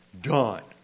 done